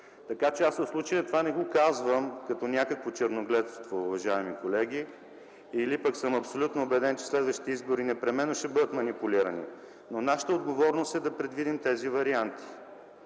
вариант. В случая това не го казвам като някакво черногледство, уважаеми колеги, или съм абсолютно убеден, че следващите избори непременно ще бъдат манипулирани, но нашата отговорност е да предвидим тези варианти.